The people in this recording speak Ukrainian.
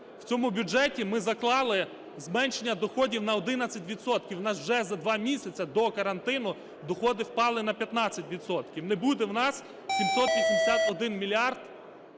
В цьому бюджеті ми заклали зменшення доходів на 11 відсотків. У нас вже за два місяці до карантину доходи впали на 15 відсотків. Не буде в нас 781 мільярд